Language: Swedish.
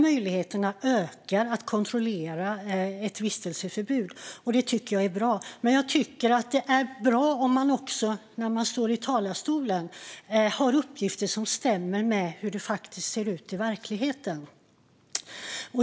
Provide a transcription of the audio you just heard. Möjligheterna till att kontrollera ett vistelseförbud ska öka. Det är bra. Men jag tycker också att det är bra att man när man står i talarstolen har tillgång till uppgifter som stämmer med hur det ser ut i verkligheten.